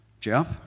Jeff